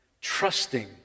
trusting